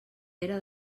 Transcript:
pere